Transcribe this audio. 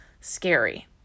scary